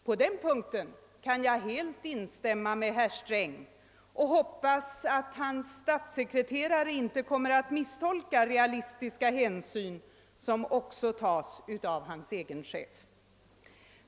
På den punkten kan jag helt instämma med herr Sträng och hoppas att statssekreterare Feldt inte kommer att misstolka realistiska hänsyn som också tas av hans egen chef.